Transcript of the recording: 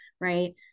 right